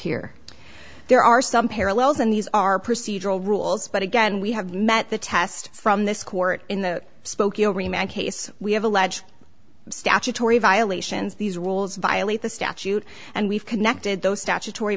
here there are some parallels and these are procedural rules but again we have met the test from this court in the spokeo remain case we have alleged statutory violations these rules violate the statute and we've connected those statutory